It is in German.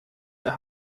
der